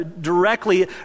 directly